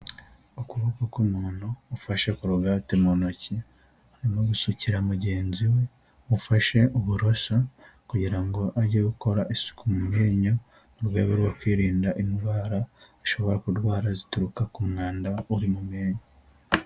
Ukuboko k'umuntu ufashe korogate mu ntoki arimo gusukira mugenzi we ufashe uburasha kugira ngo ajye gukora isuku mu menyo, mu rwego rwo kwirinda indwara ashobora kurwara zituruka ku mwanda uri mu menyo.